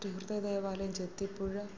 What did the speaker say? തീർത്ഥ ദേവാലയം ചെത്തിപ്പുഴ